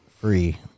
Free